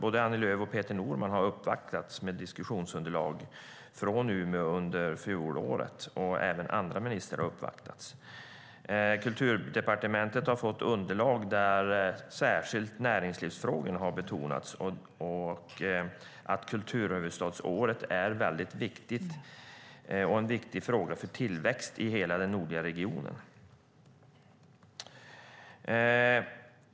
Både Annie Lööf och Peter Norman har uppvaktats med diskussionsunderlag från Umeå under fjolåret, och även andra ministrar har uppvaktats. Kulturdepartementet har fått underlag där särskilt näringslivsfrågorna har betonats, liksom att kulturhuvudstadsåret är en viktig fråga för tillväxt i hela den nordliga regionen.